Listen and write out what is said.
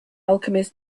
alchemist